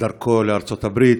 בדרכו לארצות-הברית,